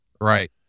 Right